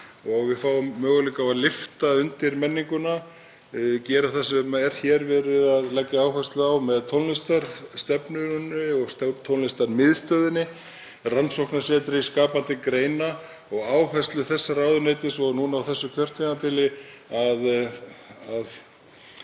og við fáum möguleika á að lyfta undir menninguna, gera það sem er hér verið að leggja áherslu á með tónlistarstefnunni og tónlistarmiðstöðinni, rannsóknarsetri skapandi greina og áherslu þess ráðuneytis og núna á þessu kjörtímabili að